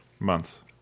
Months